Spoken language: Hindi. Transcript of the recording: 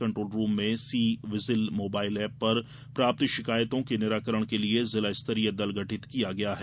कंट्रोल रूम में सी विजिल मोबाइल एप पर प्राप्त शिकायतों के निराकरण के लिए जिला स्तरीय दल गठित किया गया है